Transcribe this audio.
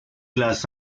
las